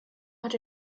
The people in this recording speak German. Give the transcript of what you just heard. hat